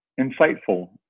insightful